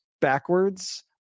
backwards